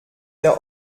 der